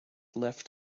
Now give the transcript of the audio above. left